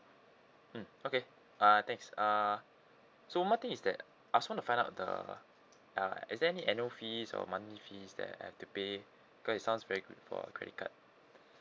mm okay uh thanks uh so one more thing is that I just wanna find out the uh is there any annual fees or monthly fees that I have to pay cause it sounds very good for a credit card